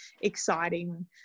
exciting